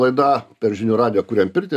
laida per žinių radijo kuriam pirtį